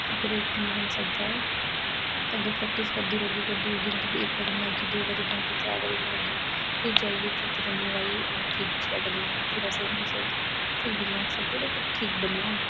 accurate नेईं बनी सकदा ओह् अगर प्रक्टिस करदी रोहगी करदी रोहगी इक वारी बनागी दो बारी बनागी त्रै बारी बनागी फिर जाइयै चौथी पंजमी बारीओह् ठीक जेहा बनी जाना पूरा सेम टू सैम फिर बी नी आक्खी सकदे बट ठीक बनी जाना